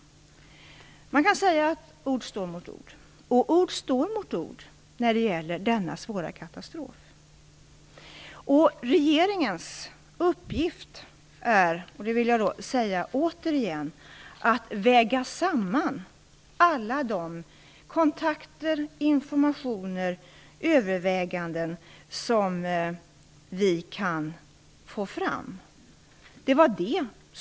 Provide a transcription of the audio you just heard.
Man kan säga att ord står mot ord, och ord står verkligen mot ord när det gäller denna svåra katastrof. Regeringens uppgift - det vill jag återigen säga - är att väga samman alla de kontakter, informationer och överväganden som vi kan få fram.